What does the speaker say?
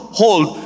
hold